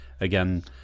again